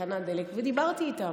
בתחנת הדלק ודיברתי איתם.